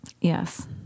Yes